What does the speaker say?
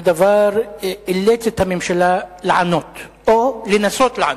הדבר אילץ את הממשלה לענות או לנסות לענות,